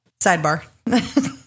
Sidebar